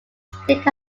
state